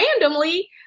randomly